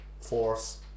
force